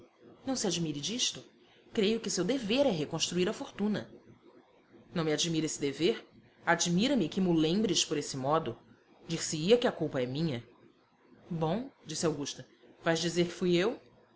não se admire disto creio que o seu dever é reconstruir a fortuna não me admira esse dever admira-me que mo lembres por esse modo dir-se-ia que a culpa é minha bom disse augusta vais dizer que fui eu